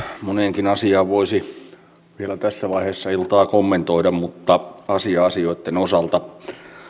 moneenkin asiaan voisi vielä tässä vaiheessa iltaa kommentoida mutta asia asioitten osalta